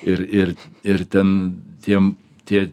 ir ir ir ten tiem tie